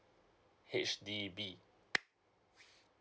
H_D_B